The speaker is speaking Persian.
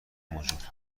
موجود